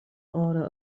order